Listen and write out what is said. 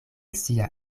sia